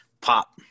pop